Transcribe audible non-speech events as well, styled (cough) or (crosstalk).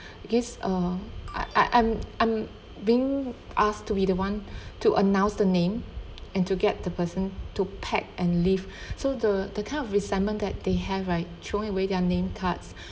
because uh I I I'm I'm being asked to be the one (breath) to announce the name and to get the person to pack and leave (breath) so the the kind of resentment that they have right throwing away their name cards